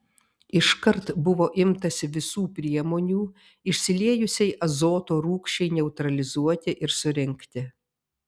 iškart buvo imtasi visų priemonių išsiliejusiai azoto rūgščiai neutralizuoti ir surinkti